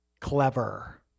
clever